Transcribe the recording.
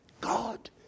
God